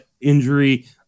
injury